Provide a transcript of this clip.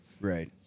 Right